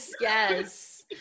yes